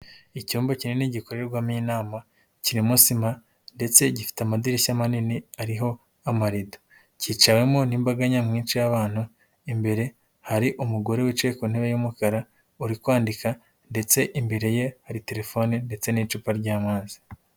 Icyumba kinini gikorerwamo inama kirimo sima ndetse gifite amadirishya manini ariho amarido, cyicawemo n'imbaga nyamwinshi y'abantu , imbere hari umugore wicaye ku ntebe y'umukara uri kwandika ndetse imbere ye hari telefone ndetse n'icupa ry'amazi.